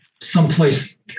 someplace